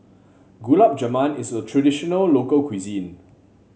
Gulab Jamun is a traditional local cuisine